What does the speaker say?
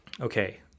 Okay